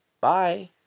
Bye